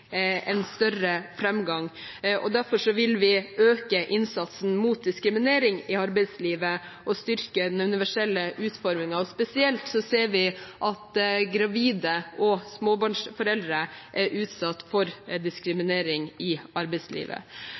til større framgang, og derfor vil vi øke innsatsen mot diskriminering i arbeidslivet og styrke den universelle utformingen. Spesielt ser vi at gravide og småbarnsforeldre er utsatt for diskriminering i arbeidslivet.